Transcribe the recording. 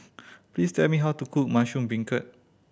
please tell me how to cook mushroom beancurd